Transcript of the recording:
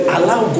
allow